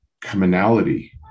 commonality